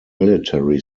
military